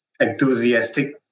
enthusiastic